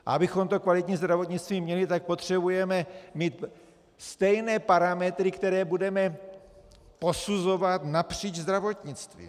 A abychom to kvalitní zdravotnictví měli, potřebujeme mít stejné parametry, které budeme posuzovat napříč zdravotnictvím.